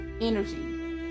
energy